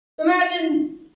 Imagine